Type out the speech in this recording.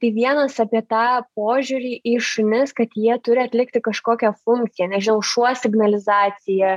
tai vienas apie tą požiūrį į šunis kad jie turi atlikti kažkokią funkciją nežinau šuo signalizacija